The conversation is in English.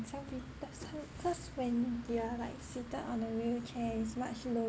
some people some cause when we are like sitted on a wheelchair it's much